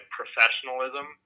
professionalism